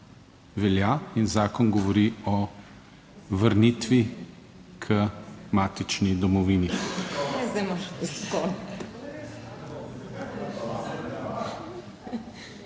velja in zakon govori o vrnitvi k matični domovini.